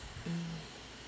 mm